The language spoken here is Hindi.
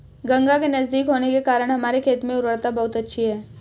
गंगा के नजदीक होने के कारण हमारे खेत में उर्वरता बहुत अच्छी है